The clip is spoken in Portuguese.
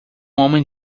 homem